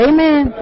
Amen